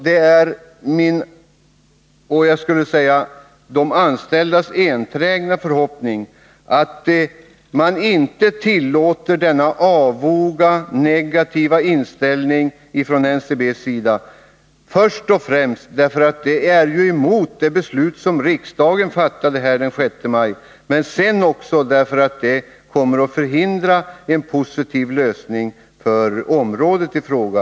Det är min och de anställdas enträgna förhoppning att man inte tillåter denna avoga, negativa inställning från NCB:s sida. Först och främst strider ledningens attityd mot det beslut som riksdagen fattade den 6 maj, men dessutom förhindrar den en positiv lösning för området i fråga.